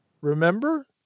Remember